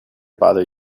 bother